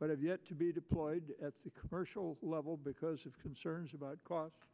but have yet to be deployed at the commercial level because of concerns about cost